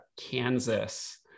kansas